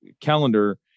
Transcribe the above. calendar